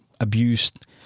abused